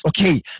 okay